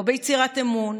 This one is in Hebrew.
לא ביצירת אמון,